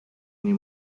nie